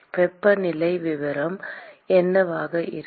வெப்பநிலை விவரம் என்னவாக இருக்கும்